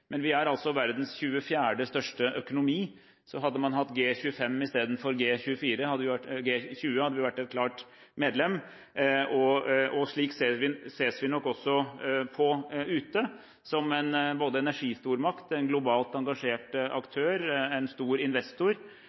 Men vi er verdens 24. største økonomi, så hadde man hatt G25 istedenfor G20, hadde vi vært et klart medlem. Slik ses vi nok også på ute – som en energistormakt, en globalt engasjert aktør, en stor investor